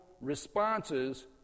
responses